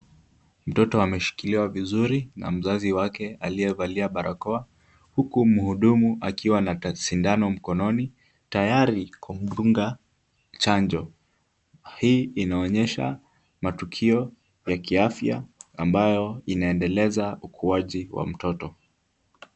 Mtoto ameshikiliwa vizuri na mzazi wake aliyevalia barakoa huku mhudumu akiwa na sindano mkononi tayari kumdunga chanjo. Hii inaonyesha matukio ya kiafya ambayo inaendeleza ukuaji wa mtoto.